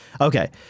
Okay